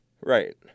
Right